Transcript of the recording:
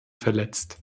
verletzt